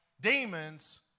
demons